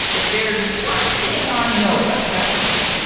if there's one thing i know about duckweed,